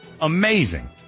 Amazing